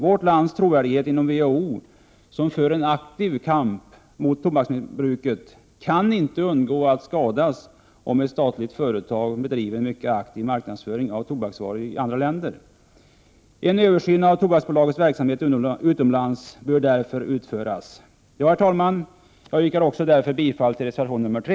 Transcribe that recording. Vårt lands trovärdighet inom WHO, som för en aktiv kamp mot tobaksbruket, kan inte undgå att skadas om ett statligt företag bedriver en mycket aktiv marknadsföring av tobaksvaror i andra länder. En översyn av Tobaksbolagets verksamhet utomlands bör därför utföras. Herr talman! Jag yrkar därför bifall till reservation nr 3.